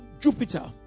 Jupiter